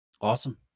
Awesome